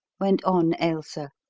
went on ailsa.